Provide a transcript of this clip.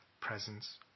Presence